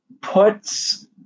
puts